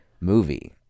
movie